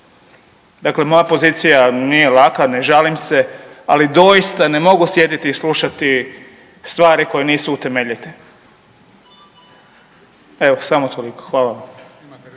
Dakle moja pozicija nije laka, ne žalim se, ali doista ne mogu sjediti i slušati stvari koje nisu utemeljite. Evo, samo toliko, hvala vam.